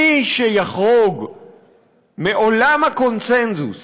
מי שיחרוג מעולם הקונסנזוס